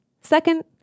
Second